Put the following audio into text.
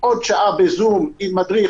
עוד שעה בזום עם מדריך,